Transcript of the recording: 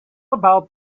about